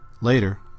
Later